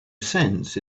cents